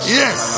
yes